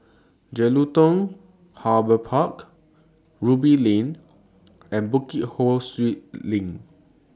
Jelutung Harbour Park Ruby Lane and Bukit Ho Swee LINK